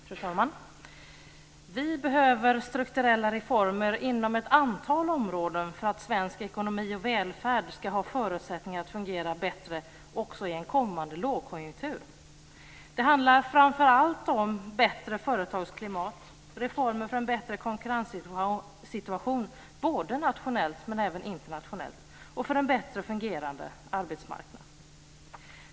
Fru talman! Vi behöver strukturella reformer inom ett antal områden för att svensk ekonomi och välfärd ska ha förutsättningar att fungera bättre också i en kommande lågkonjunktur. Det handlar framför allt om bättre företagsklimat, reformer för en bättre konkurrenssituation både nationellt och internationellt och en bättre fungerande arbetsmarknad.